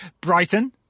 Brighton